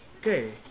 okay